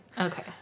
Okay